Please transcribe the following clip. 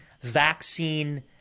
vaccine